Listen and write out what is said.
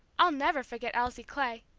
i'll never forget elsie clay.